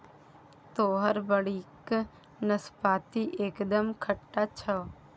तोहर बाड़ीक नाशपाती एकदम खट्टा छौ